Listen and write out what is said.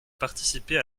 participer